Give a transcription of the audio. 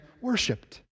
worshipped